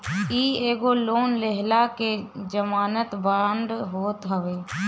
इ एगो लोन लेहला के जमानत बांड होत हवे